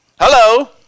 Hello